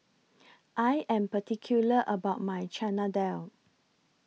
I Am particular about My Chana Dal